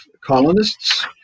colonists